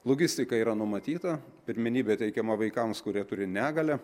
logistika yra numatyta pirmenybė teikiama vaikams kurie turi negalią